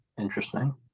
Interesting